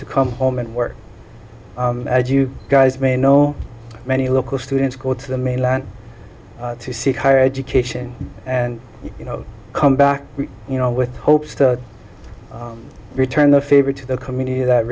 to come home and work as you guys may know many local students go to the mainland to seek higher education and you know come back you know with hopes to return the favor to the community that